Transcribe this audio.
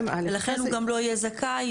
ולכן הוא גם לא יהיה זכאי,